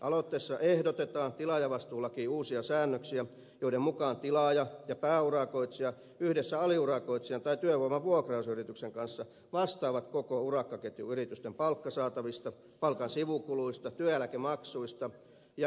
aloitteessa ehdotetaan tilaajavastuulakiin uusia säännöksiä joiden mukaan tilaaja ja pääurakoitsija yhdessä aliurakoitsijan tai työvoiman vuokrausyrityksen kanssa vastaavat koko urakkaketjun yritysten palkkasaatavista palkan sivukuluista työeläkemaksuista ja ennakkoveroista